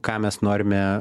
ką mes norime